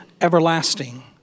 everlasting